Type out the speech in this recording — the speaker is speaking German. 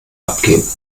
abgehen